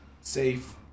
safe